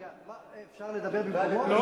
רגע, אפשר לדבר במקומו?